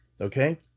Okay